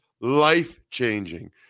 life-changing